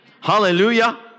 hallelujah